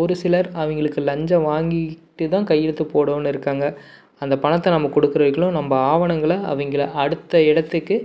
ஒரு சிலர் அவங்களுக்கு லஞ்சம் வாங்கிட்டு தான் கையெழுத்து போடணும்னு இருக்காங்க அந்த பணத்தை நம்ம கொடுக்குற வரைகலும் நம்ம ஆவணங்களை அவங்கள அடுத்த இடத்துக்கு